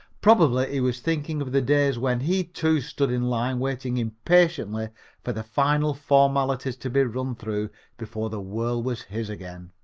probably he was thinking of the days when he, too, stood in line waiting impatiently for the final formalities to be run through before the world was his again.